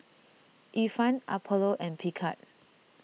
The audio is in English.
Ifan Apollo and Picard